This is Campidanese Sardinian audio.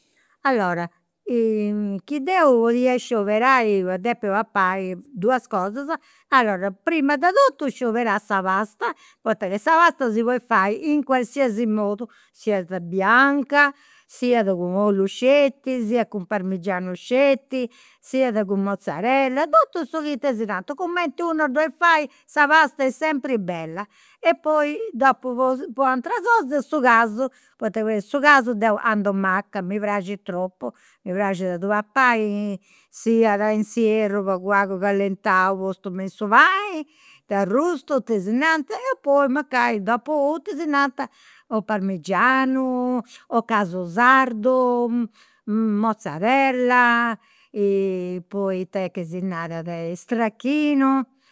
Allora, chi deu podia scioberai po depi papai duas cosa, allora, prima de totu scioberà sa pasta, poita ca sa pasta si podit fai in qualsiasi modu, siat bianca, siat cun sceti, siat cun parmigianu sceti, siat cun mozzarella, totu su chi tesinantu, cumenti unu dd'olit fai sa pasta est sempri bella. E poi dopu po ateras cosa su casu, poita su casu deu andu macca, mi praxit tropu, mi praxit a ddu papai siat in s'ierru pagu pagu callentau postu me in su pani, arrustu, tesinanta, e poi mancai u' tesinanta, o parmigianu, o casu sardu, mozzarella, poi it'est chi si narat, stracchinu